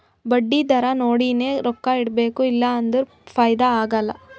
ಬಡ್ಡಿ ದರಾ ನೋಡಿನೆ ರೊಕ್ಕಾ ಇಡಬೇಕು ಇಲ್ಲಾ ಅಂದುರ್ ಫೈದಾ ಆಗಲ್ಲ